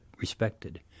respected